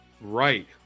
Right